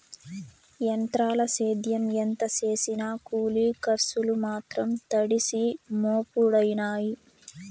ఎంత్రాల సేద్యం ఎంత సేసినా కూలి కర్సులు మాత్రం తడిసి మోపుడయినాయి